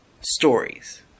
stories